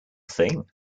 thing